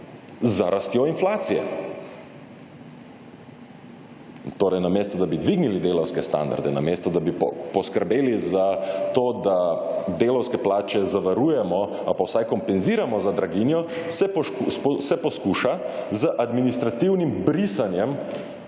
za rastjo inflacije. Torej namesto da bi dvignili delavske standarde, namesto da bi poskrbeli za to, da delavske plače zavarujemo ali pa vsaj kompenziramo za draginjo, se poskuša z administrativnim brisanjem